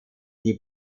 die